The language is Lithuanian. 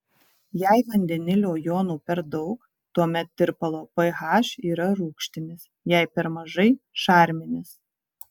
jei vandenilio jonų per daug tuomet tirpalo ph yra rūgštinis jei per mažai šarminis